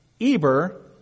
Eber